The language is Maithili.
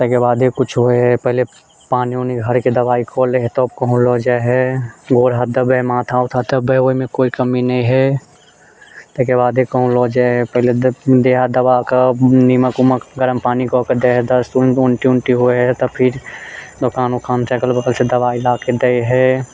ताहिके बादे कुछ होइ है पहिले पानि उनि घरके दवाइ खुऔले है तब कहुँ लऽ जाइ है गोर हाथ दबबै है माथा उथा दबबैमे ओहिमे कोइ कमी नही है ताहिके बादे कहुँ लऽ जाइ है पहिले देह हाथ दबाकऽ निमक उमक गरम पानि कऽके दै है दस्त उस्त उल्टि वुल्टी होइ है तब फिर दोकान ओकानसँ अगल बगलसँ दवाइ लाके दै है